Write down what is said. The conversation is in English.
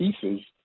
pieces